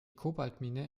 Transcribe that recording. kobaltmine